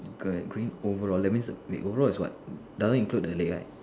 girl green overall that means wait overall is what doesn't include the leg right